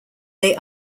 they